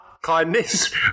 Kindness